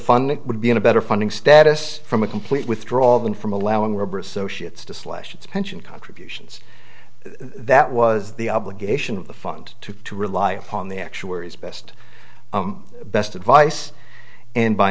funding would be in a better funding status from a complete withdrawal than from allowing robber associates to slash its pension contributions that was the obligation of the fund to to rely upon the actuaries best best advice and b